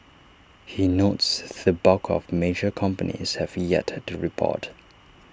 he notes the bulk of major companies have yet to report